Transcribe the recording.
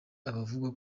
abavugwa